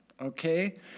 okay